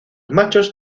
machos